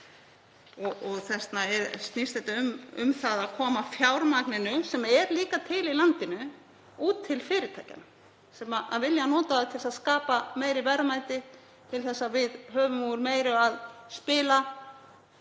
Þetta snýst um að koma fjármagninu, sem er líka til í landinu, út til fyrirtækjanna sem vilja nota það til að skapa meiri verðmæti til að við höfum úr meiru að spila,